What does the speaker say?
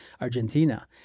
Argentina